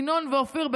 ינון ואופיר,